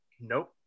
nope